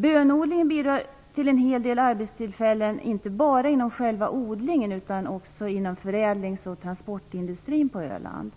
Bönodlingen ger en hel del arbetstillfällen - inte bara inom själva odlingen utan också inom förädlingsoch transportindustrin på Öland.